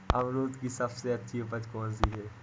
अमरूद की सबसे अच्छी उपज कौन सी है?